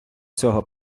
цього